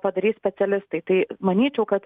padarys specialistai tai manyčiau kad